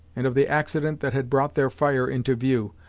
and of the accident that had brought their fire into view,